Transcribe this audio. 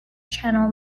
channel